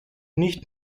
nicht